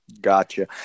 Gotcha